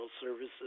services